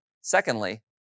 Secondly